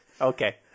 Okay